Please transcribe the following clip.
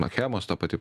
achemos ta pati